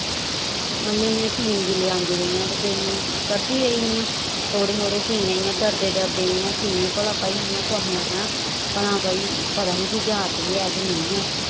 म्ह्ल्ले दियां सीन जिसले आंदियां रेहियां ते फिर मे करदी रेही इयां थोह्ड़े थोह्ड़े सीने इयां डरदे डरदे सीने भवा इयां कुसा ने आखना भला पता नी इसी जाच बी है जां नेंई